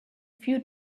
few